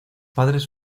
padres